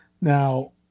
Now